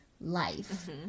life